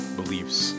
beliefs